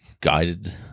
guided